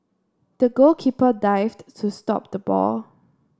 the goalkeeper dived to stop the ball